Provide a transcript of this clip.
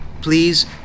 please